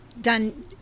done